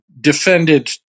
defended